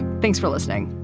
thanks for listening.